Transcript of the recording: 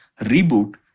reboot